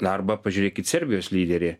na arba pažiūrėkit serbijos lyderį